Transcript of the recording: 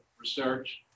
research